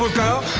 go.